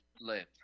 live